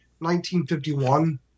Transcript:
1951